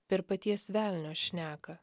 per paties velnio šneką